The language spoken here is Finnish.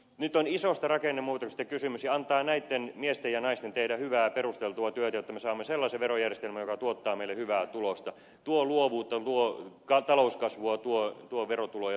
nyt on isosta rakennemuutoksesta kysymys joten antaa näitten miesten ja naisten tehdä hyvää perusteltua työtä jotta me saamme sellaisen verojärjestelmän joka tuottaa meille hyvää tulosta tuo luovuutta luo talouskasvua tuo verotuloja tuo työpaikkoja